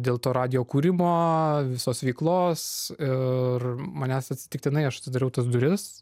dėl to radijo kūrimo visos veiklos ir manęs atsitiktinai aš atidariau tas duris